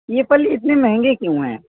یہ پھل اتنے مہنگے کیوں ہیں